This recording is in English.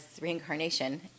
reincarnation